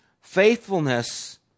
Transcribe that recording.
Faithfulness